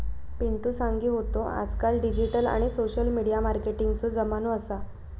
पिंटु सांगी होतो आजकाल डिजिटल आणि सोशल मिडिया मार्केटिंगचो जमानो असा